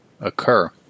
occur